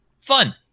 Fun